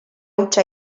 hutsa